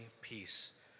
peace